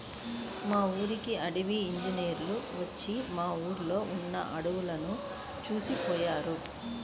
మా ఊరికి అటవీ ఇంజినీర్లు వచ్చి మా ఊర్లో ఉన్న అడువులను చూసిపొయ్యారు